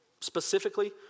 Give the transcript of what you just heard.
specifically